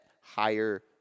higher